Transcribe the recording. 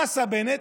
מה עשה בנט?